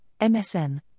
MSN